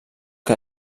que